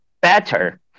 better